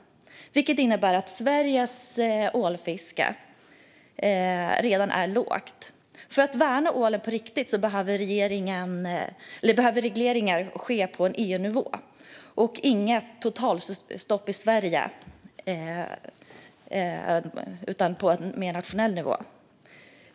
Det innebär att Sveriges ålfiske redan är lågt. För att värna ålen på riktigt behöver regleringar ske på EU-nivå. Det behövs inget totalstopp i Sverige, utan det ska vara åtgärder på en övernationell nivå.